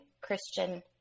Christian